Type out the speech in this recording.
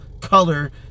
Color